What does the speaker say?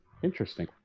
Interesting